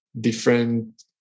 different